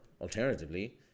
alternatively